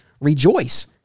rejoice